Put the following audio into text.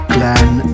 Glenn